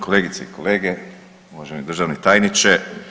Kolegice i kolege, uvaženi državni tajniče.